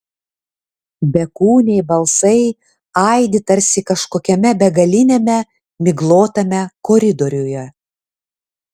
bekūniai balsai aidi tarsi kažkokiame begaliniame miglotame koridoriuje